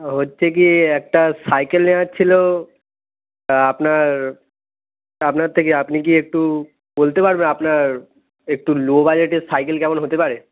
ও হচ্ছে কী একটা সাইকেল নেওয়ার ছিলো তা আপনার তা আপনার থেকে আপনি একটু বলতে পারবে আপনার একটু লো বাজেটের সাইকেল কেমন হতে পারে